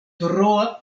troa